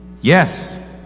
yes